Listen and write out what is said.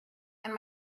and